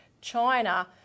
China